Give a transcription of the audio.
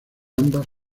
ambas